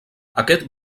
aquest